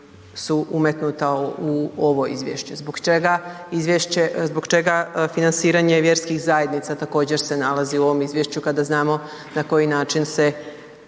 su umetnuta u ovoj izvješće? Zbog čega financiranje vjerskih zajednica također se nalazi u ovom izvješću kada znamo na koji način se